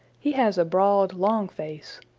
he has a broad, long face,